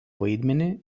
vaidmenį